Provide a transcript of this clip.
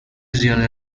زیاده